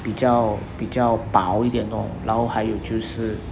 比较比较薄一点 orh 然后还有就是